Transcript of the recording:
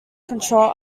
control